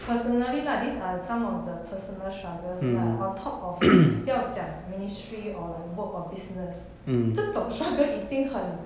personally lah these are some of the personal struggles lah on top of 不要讲 ministry or the work of business 这种 struggle 已经很